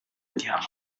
andiamo